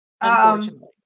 Unfortunately